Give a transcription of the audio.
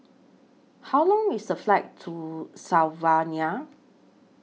How Long IS The Flight to Slovenia